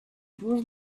was